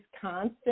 constant